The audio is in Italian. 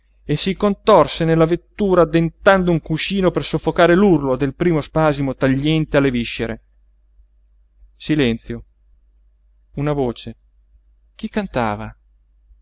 e si contorse nella vettura addentando un cuscino per soffocar l'urlo del primo spasimo tagliente alle viscere silenzio una voce chi cantava